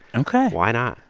ok. why not?